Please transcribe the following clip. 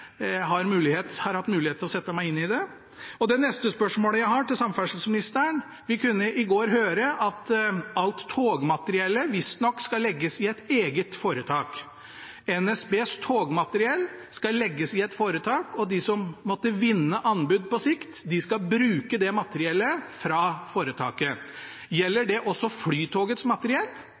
jeg ikke har hatt mulighet til å sette meg inn i det. Det neste spørsmålet jeg har til samferdselsministeren, er: Vi kunne i går høre at alt togmateriellet visstnok skal legges i et eget foretak. NSBs togmateriell skal legges i et foretak, og de som måtte vinne anbud på sikt, skal bruke materiellet fra foretaket. Gjelder det også Flytogets materiell?